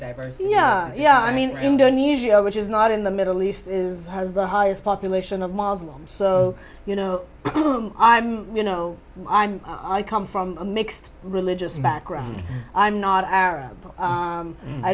diverse yeah yeah i mean indonesia which is not in the middle east is has the highest population of moslems you know i'm you know i'm i come from a mixed religious background i'm not arab i